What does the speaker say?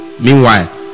meanwhile